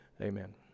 Amen